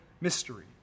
mystery